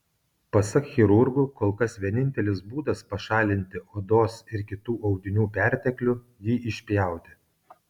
pasak chirurgų kol kas vienintelis būdas pašalinti odos ir kitų audinių perteklių jį išpjauti